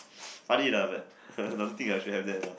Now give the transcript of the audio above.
funny lah but I don't think I should have that lah